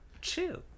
Chill